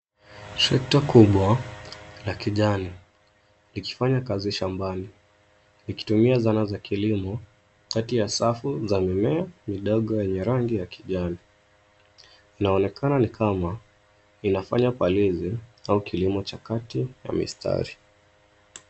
Trekta kubwa la kijani ikifanya kazi shambani ikitumia zana za kilimo kati ya safu za mimea midogo yenye rangi ya kijani. Inaonekana ni kama inafanya palizi au kilimo cha kati ya mistari.